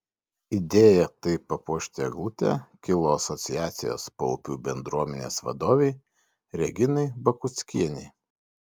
idėja taip papuošti eglutę kilo asociacijos paupių bendruomenės vadovei reginai baguckienei